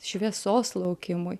šviesos laukimui